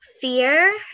fear